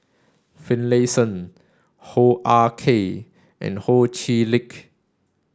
Finlayson Hoo Ah Kay and Ho Chee Lick